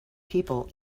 people